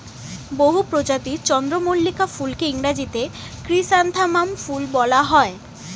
বহু প্রজাতির চন্দ্রমল্লিকা ফুলকে ইংরেজিতে ক্রিস্যান্থামাম ফুল বলা হয়